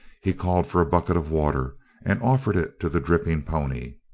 he called for a bucket of water and offered it to the dripping pony.